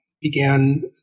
began